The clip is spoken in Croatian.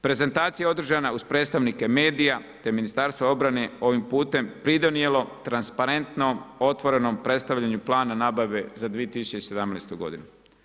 Prezentacija je održana uz predstavnike medija te Ministarstva obrane ovim putem pridonijelo transparentnom, otvorenom predstavljanju plana nabave za 2017. godinu.